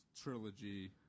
trilogy